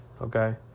Okay